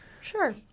Sure